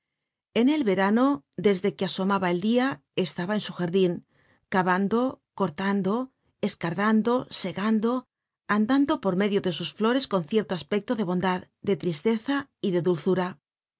en el verano desde que asomaba el dia estaba en su jardin cavando cortando escardando segando andando por medio de sus flores con cierto aspecto de bondad de tristeza y de dulzura